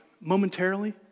momentarily